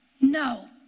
No